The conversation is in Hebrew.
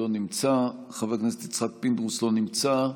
לא נמצא, חבר הכנסת יצחק פינדרוס, לא נמצא,